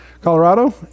Colorado